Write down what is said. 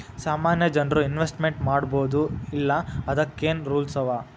ಸಾಮಾನ್ಯ ಜನ್ರು ಇನ್ವೆಸ್ಟ್ಮೆಂಟ್ ಮಾಡ್ಬೊದೋ ಇಲ್ಲಾ ಅದಕ್ಕೇನ್ ರೂಲ್ಸವ?